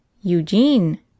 Eugene